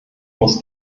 muss